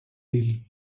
deal